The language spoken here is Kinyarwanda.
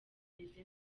ameze